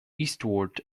eastward